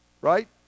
right